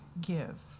give